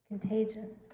Contagion